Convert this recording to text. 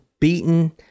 Beaten